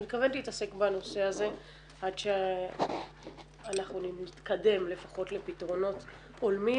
אני מתכוונת להתעסק בנושא הזה עד שאנחנו נתקדם לפחות לפתרונות הולמים.